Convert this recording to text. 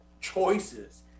choices